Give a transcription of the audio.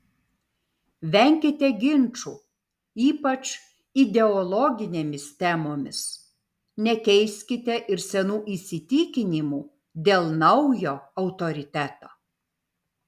venkite ginčų ypač ideologinėmis temomis nekeiskite ir senų įsitikinimų dėl naujo autoriteto